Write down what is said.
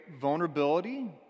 vulnerability